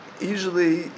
usually